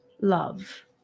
love